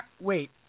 wait